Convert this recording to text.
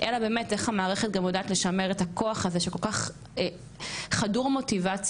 באמת איך המערכת גם יודעת לשמר את הכוח הזה שכל כך חדור מוטיבציה,